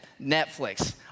Netflix